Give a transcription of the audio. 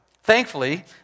Thankfully